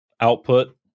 output